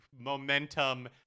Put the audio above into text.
momentum